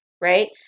right